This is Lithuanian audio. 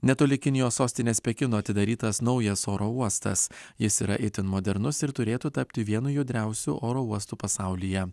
netoli kinijos sostinės pekino atidarytas naujas oro uostas jis yra itin modernus ir turėtų tapti vienu judriausių oro uostų pasaulyje